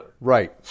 right